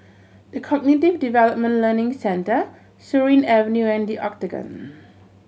The Cognitive Development Learning Centre Surin Avenue and The Octagon